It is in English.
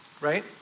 right